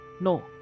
No